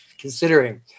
considering